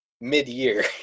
mid-year